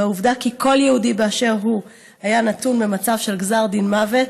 והעובדה שכל יהודי באשר הוא היה נתון במצב של גזר דין מוות,